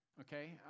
Okay